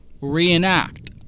reenact